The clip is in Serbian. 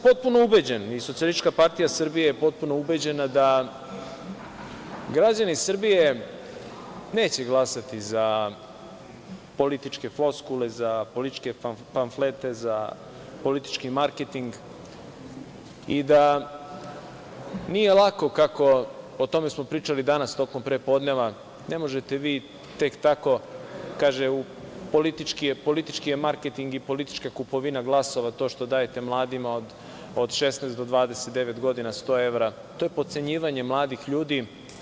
Potpuno sam ubeđen i Socijalistička partija Srbije je potpuno ubeđena da građani Srbije neće glasati za političke floskule, političke pamflete, za politički marketing, i da nije lako, o tome smo pričali danas tokom prepodneva, ne možete vi tek tako, kaže - politički je marketing i politička kupovina glasova to što dajete mladima od 16 do 29 godina 100 evra, to je potcenjivanje mladih ljudi.